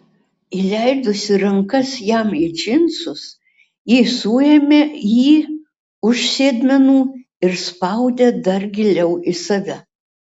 įleidusi rankas jam į džinsus ji suėmė jį už sėdmenų ir spaudė dar giliau į save